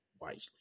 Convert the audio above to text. wisely